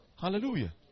Hallelujah